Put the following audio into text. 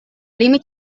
límit